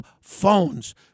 phones